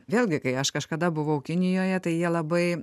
vėlgi kai aš kažkada buvau kinijoje tai jie labai